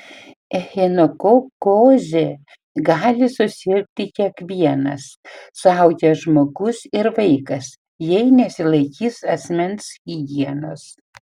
echinokokoze gali susirgti kiekvienas suaugęs žmogus ir vaikas jei nesilaikys asmens higienos